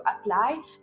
apply